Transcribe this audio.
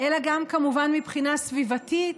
אלא גם כמובן מבחינה סביבתית: